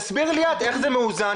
תסבירי לי את איך זה מאוזן,